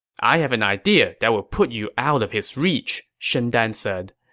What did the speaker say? i have an idea that will put you out of his reach, shen dan said.